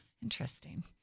Interesting